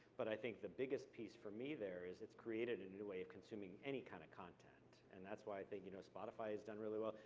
but i think the biggest piece for me there, is it's created a new way of consuming any kind of content, and that's why i think you know spotify has done really well.